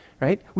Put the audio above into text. right